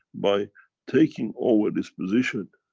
by taking over this position,